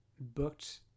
booked